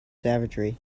savagery